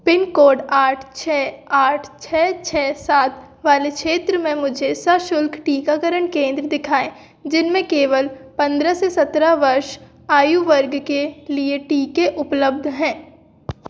pin code आठ छः आठ छः छः सात वाले क्षेत्र में मुझे सशुल्क टीकाकरण केंद्र दिखाएँ जिनमें केवल पंद्रह से सत्रह वर्ष आयु वर्ग के लिए टीके उपलब्ध हैं